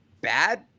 bad